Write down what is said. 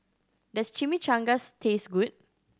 does Chimichangas taste good